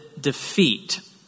defeat